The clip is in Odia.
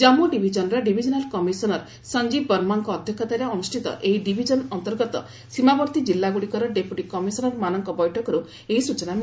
ଜାନ୍ମୁ ଡିଭିଜନର ଡିଭିଜନାଲ କମିଶନର ସଂଜୀବ ବର୍ମାଙ୍କ ଅଧ୍ୟକ୍ଷତାରେ ଅନୁଷ୍ଠିତ ଏହି ଡିଭିଜନ ଅନ୍ତର୍ଗତ ସୀମାବର୍ତ୍ତୀ କିଲ୍ଲାଗୁଡ଼ିକର ଡେପୁଟି କମିଶନରମାନଙ୍କ ବୈଠକରୁ ଏହି ସୂଚନା ମିଳିଛି